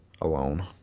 alone